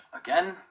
again